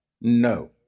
No